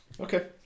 Okay